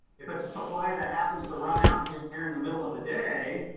if it's a supply that happens to run out during the middle of the day,